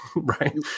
Right